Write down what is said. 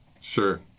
Sure